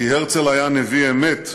כי הרצל היה נביא אמת,